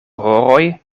horoj